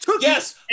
Yes